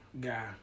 guy